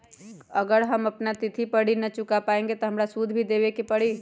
अगर हम अपना तिथि पर ऋण न चुका पायेबे त हमरा सूद भी देबे के परि?